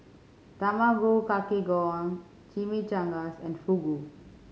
Tamago Kake Gohan Chimichangas and Fugu